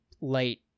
light